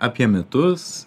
apie mitus